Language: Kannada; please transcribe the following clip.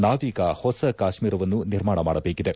ನಾವೀಗ ಹೊಸ ಕಾಶ್ಮೀರವನ್ನು ನಿರ್ಮಾಣ ಮಾಡಬೇಕಿದೆ